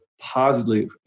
positively